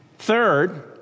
Third